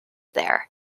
there